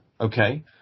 okay